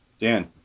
Dan